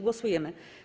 Głosujemy.